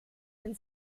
denn